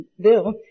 Bill